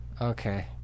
Okay